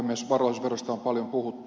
varallisuusverosta on paljon puhuttu